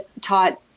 taught